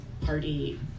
party